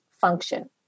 function